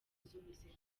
z’ubuzima